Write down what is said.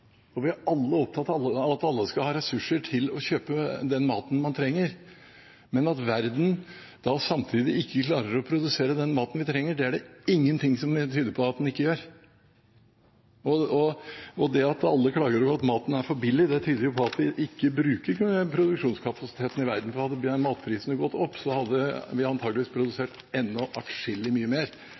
Vi er alle opptatt av at alle skal ha ressurser til å kjøpe den maten de trenger, men at verden samtidig ikke klarer å produsere den maten vi trenger, er det ingenting som tyder på. Og det at alle klager over at maten er for billig, tyder jo på at vi ikke bruker produksjonskapasiteten i verden, for hadde matprisene gått opp, hadde vi antakeligvis produsert atskillig mye mer.